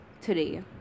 today